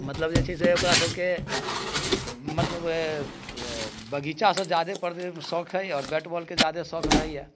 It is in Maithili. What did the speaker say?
मतलब जे छै से ओकरासभके मतलब बगीचासँ ज्यादे पढ़यमे शौक हइ आओर बैट बॉलके ज्यादे शौक रहैए